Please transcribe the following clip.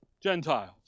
Gentiles